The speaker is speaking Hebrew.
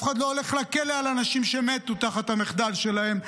אף אחד לא הולך לכלא על אנשים שמתו תחת המחדל שלהם,